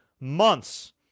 months